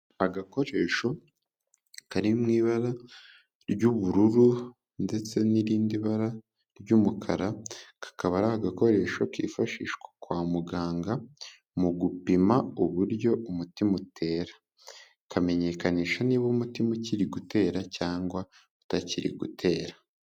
Agakoresho kari mu ibara ry'ubururu ndetse n'irindi bara ry'umukara, kakaba ari agakoresho kifashishwa kwa muganga mu gupima uburyo umutima utera, kamenyekanisha niba umutima ukiri gutera cyangwa utakiri gutera.